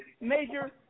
major